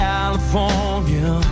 California